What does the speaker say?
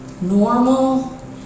normal